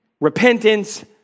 repentance